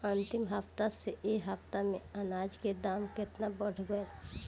अंतिम हफ्ता से ए हफ्ता मे अनाज के दाम केतना बढ़ गएल?